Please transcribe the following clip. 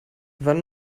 wann